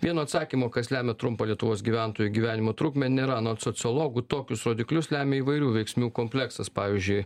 vieno atsakymo kas lemia trumpą lietuvos gyventojų gyvenimo trukmę nėra anot sociologų tokius rodiklius lemia įvairių veiksnių kompleksas pavyzdžiui